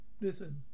listen